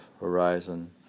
horizon